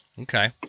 okay